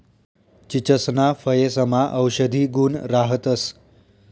चीचसना फयेसमा औषधी गुण राहतंस